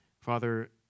Father